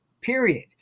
period